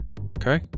Okay